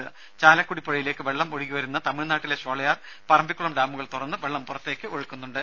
ഡാമുകളും പരമാവധി ചാലക്കുടിപ്പുഴയിലേക്ക് വെള്ളം ഒഴുകിവരുന്ന തമിഴ്നാട്ടിലെ ഷോളയാർ പറമ്പിക്കുളം ഡാമുകൾ തുറന്ന് വെള്ളം പുറത്തേക്ക് ഒഴുക്കുന്നുണ്ട്